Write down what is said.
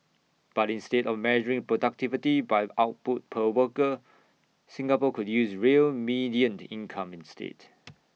but instead of measuring productivity by output per worker Singapore could use real median income instead